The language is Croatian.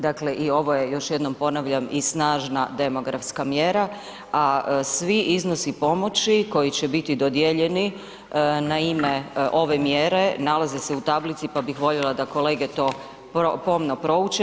Dakle i ovo je još jednom ponavljam i snažna demografska mjera, a svi iznosi pomoći koji će biti dodijeljeni na ime ove mjere nalaze se u tablici, pa bih voljela da kolege to pomno prouče.